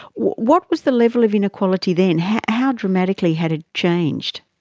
what was the level of inequality then? how dramatically had it changed?